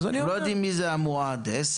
יודעים מי המועד.